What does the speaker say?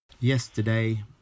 Yesterday